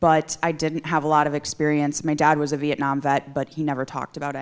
but i didn't have a lot of experience my dad was a vietnam vet but he never talked about